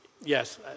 Yes